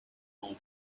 all